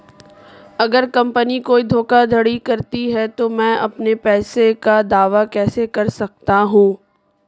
अगर कंपनी कोई धोखाधड़ी करती है तो मैं अपने पैसे का दावा कैसे कर सकता हूं?